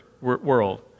world